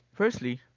firstly